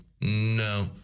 no